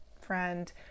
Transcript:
friend